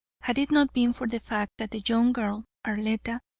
had it not been for the fact that the young girl, arletta,